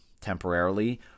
temporarily